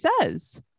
says